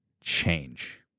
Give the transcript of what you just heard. change